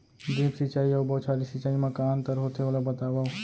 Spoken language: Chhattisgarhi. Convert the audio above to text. ड्रिप सिंचाई अऊ बौछारी सिंचाई मा का अंतर होथे, ओला बतावव?